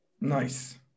Nice